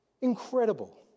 incredible